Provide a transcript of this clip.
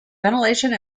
ventilation